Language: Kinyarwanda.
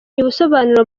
ubusobanuro